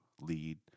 lead